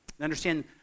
understand